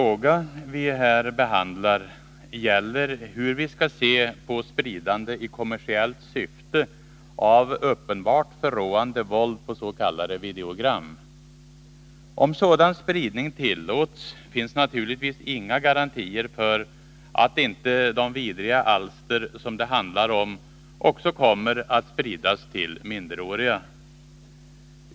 Herr talman! Den fråga vi här behandlar gäller hur vi skall se på spridande i kommersiellt syfte av uppenbart förråande våld på s.k. videogram. Om sådan spridning tillåts finns naturligtvis inga garantier för att inte de vidriga alster som det handlar om också kommer att spridas till minderåriga.